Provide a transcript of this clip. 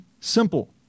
Simple